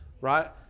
right